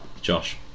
Josh